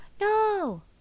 No